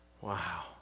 Wow